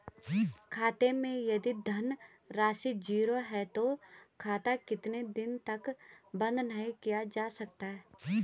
खाते मैं यदि धन राशि ज़ीरो है तो खाता कितने दिन तक बंद नहीं किया जा सकता?